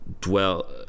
dwell